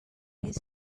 his